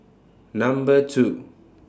Number two